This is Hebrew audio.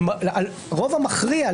ברוב המכריע,